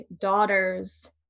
daughter's